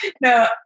no